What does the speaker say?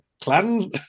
Clan